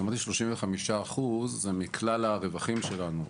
כשאמרתי 35% זה מכלל הרווחים שלנו.